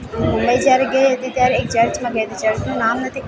હું મુંબઈ જ્યારે ગઈ હતી ત્યારે એક ચર્ચમાં ગઈ હતી એ ચર્ચનું નામ હતું